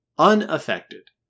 unaffected